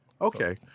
Okay